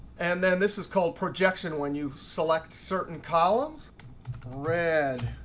and then this is called projection when you select certain columns red,